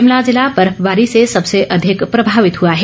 प्रिमला ज़िला बर्फबारी से सबसे अधिक प्रभावित हुआ है